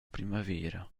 primavera